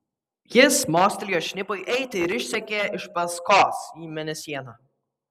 jis mostelėjo šnipui eiti ir išsekė iš paskos į mėnesieną